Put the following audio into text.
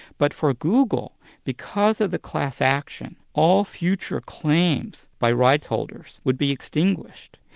but for google, because of the class action, all future claims by rights holders would be extinguished,